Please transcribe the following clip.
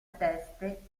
teste